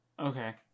Okay